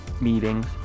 meetings